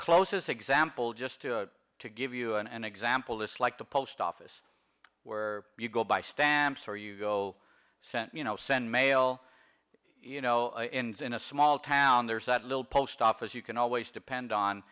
closest example just to give you an example it's like the post office where you go buy stamps or you go sent you know send mail you know in a small town there's that little post office you can always depend on